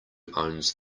owns